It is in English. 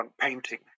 painting